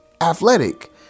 athletic